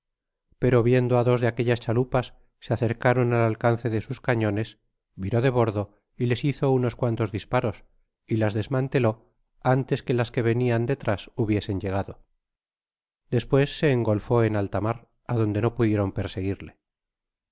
pero viendo á dos de aquellas chalupas se acercaron al alcance de sus cañones viró de bordo y les hizo unos cuantos disparos y las desmanteló antes que las que venian detrás hubiesen llegado despues se engolfé en alta mar adonde no pudieron perseguirle